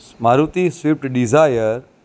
Maruti Swift Dzire